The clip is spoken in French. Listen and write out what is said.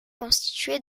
constitué